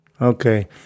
Okay